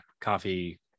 coffee